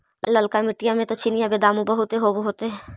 ललका मिट्टी मे तो चिनिआबेदमां बहुते होब होतय?